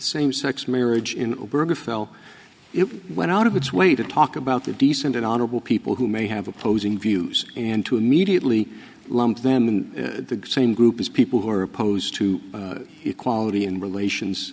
same sex marriage in a burger fell it went out of its way to talk about the decent and honorable people who may have opposing views and to immediately lump them in the same group as people who are opposed to equality in relations